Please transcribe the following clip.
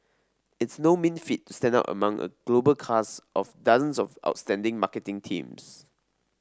it's no mean feat to stand out among a global cast of dozens of outstanding marketing teams